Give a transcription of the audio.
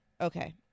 Okay